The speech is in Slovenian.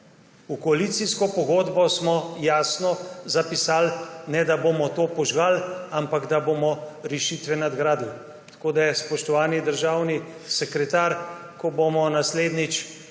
V koalicijsko pogodbo smo jasno zapisali, ne da bomo to požgali, ampak da bomo rešitve nadgradili. Tako da, spoštovani državni sekretar, ko bomo naslednjič